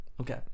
Okay